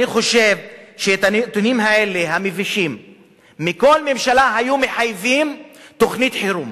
אני חושב שהנתונים המבישים האלה היו מחייבים כל ממשלה בתוכנית חירום.